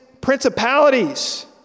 principalities